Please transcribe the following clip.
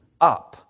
up